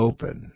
Open